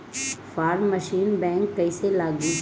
Form machine bank कईसे लागी?